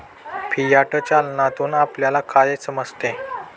Fiat चलनातून आपल्याला काय समजते?